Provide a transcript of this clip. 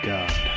God